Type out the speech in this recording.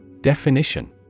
Definition